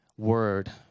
Word